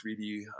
3D